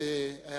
את